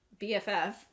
BFF